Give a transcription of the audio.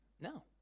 No